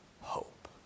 hope